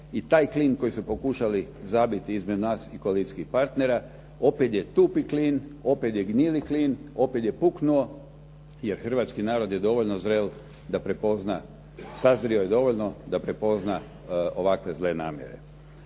I taj klin koji su pokušali zabiti između nas i koalicijskih partnera opet je tupi klin, opet je gnjili klin, opet je puknuo. Jer hrvatski narod je dovoljno zrel da prepozna, sazrio je dovoljno da prepozna ovakve zle namjere.